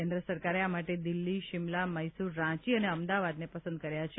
કેન્દ્ર સરકારે આ માટે દિલ્હી શીમલા મૈસુર રાંચી અને અમદાવાદને પસંદ કર્યા છે